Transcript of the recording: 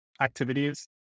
activities